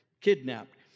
kidnapped